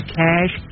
cash